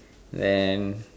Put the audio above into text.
and